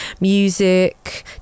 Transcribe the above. music